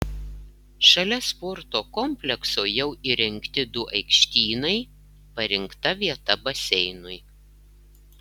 šalia sporto komplekso jau įrengti du aikštynai parinkta vieta baseinui